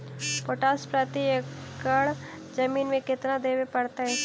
Potash प्रति एकड़ जमीन में केतना देबे पड़तै?